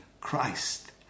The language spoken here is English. Christ